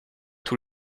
tous